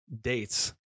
dates